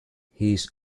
his